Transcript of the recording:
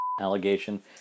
allegation